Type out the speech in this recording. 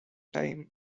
time